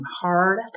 hard